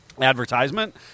advertisement